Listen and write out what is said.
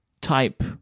type